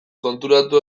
konturatu